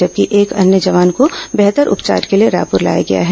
जबकि एक अन्य जवान को बेहतर उपचार ँके लिए रायपूर लाया गया है